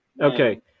Okay